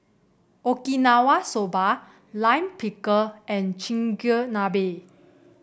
Okinawa Soba Lime Pickle and Chigenabe